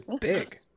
big